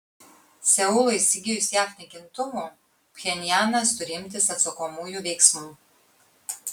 seului įsigijus jav naikintuvų pchenjanas turi imtis atsakomųjų veiksmų